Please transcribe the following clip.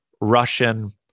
Russian